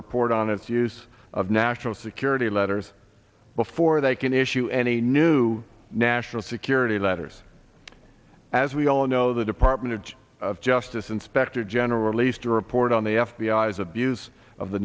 report on its use of national security letters before they can issue any new national security letters as we all know the department of justice inspector general released a report on the f b i s abuse of the